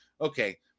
Okay